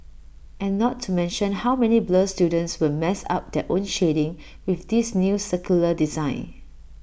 and not to mention how many blur students will mess up their own shading with this new circular design